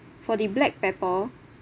for the black pepper